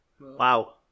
Wow